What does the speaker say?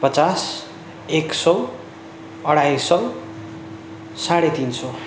पचास एक सौ अढाई सौ साढे तिन सौ